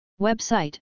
Website